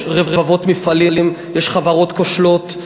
יש רבבות מפעלים, יש חברות כושלות.